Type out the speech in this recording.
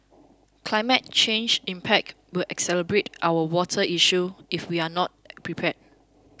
climate change impact will exacerbate our water issues if we are not prepared